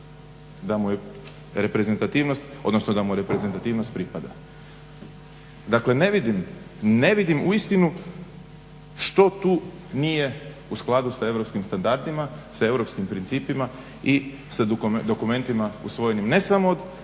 da utvrdi da mu reprezentativnost pripada. Dakle, ne vidim uistinu što tu nije u skladu sa europskim standardima, sa europskim principima i sa dokumentima usvojenim ne samo od